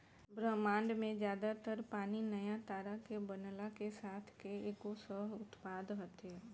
ब्रह्माण्ड में ज्यादा तर पानी नया तारा के बनला के साथ के एगो सह उत्पाद हटे